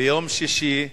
ביום שישי,